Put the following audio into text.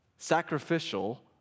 sacrificial